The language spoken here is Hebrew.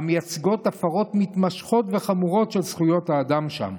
המייצג הפרות מתמשכות וחמורות של זכויות האדם שם.